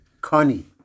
Connie